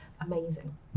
amazing